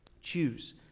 Choose